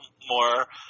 more